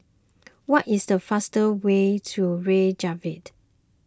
what is the fastest way to Reykjavik